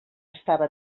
estava